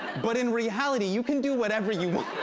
but in reality, you can do whatever you want.